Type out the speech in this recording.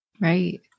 Right